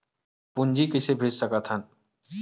पूंजी कइसे भेज सकत हन?